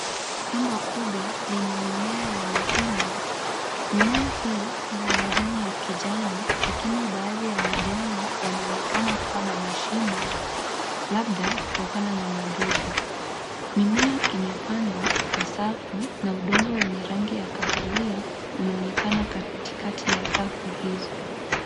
Shamba kubwa lenye mimea ya mahidi, mimea hii, ina majani ya kijani, lakini baadhi ya majani yanaonekana kuwa na mashimo, labda kutokana na wadudu. Mimea imepandwa kwa safu na udongo wenye rangi ya kahawia unaonekana katikati ya safu hizi.